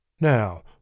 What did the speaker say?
Now